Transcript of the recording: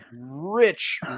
rich